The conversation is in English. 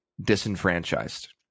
disenfranchised